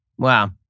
Wow